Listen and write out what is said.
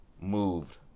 moved